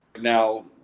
now